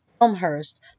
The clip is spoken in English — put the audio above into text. Elmhurst